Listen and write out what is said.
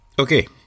Okay